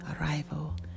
arrival